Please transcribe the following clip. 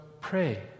pray